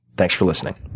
thanks for listening.